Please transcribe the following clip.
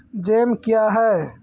Jam क्या हैं?